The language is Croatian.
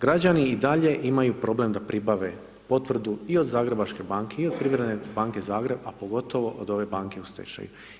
Građani i dalje imaju problem da pribave potvrdu i od Zagrebačke banke i od Privredne banke Zagreb, a pogotovo od ove banke u stečaju.